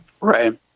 Right